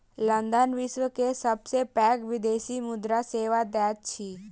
London विश्व के सबसे पैघ विदेशी मुद्रा सेवा दैत अछि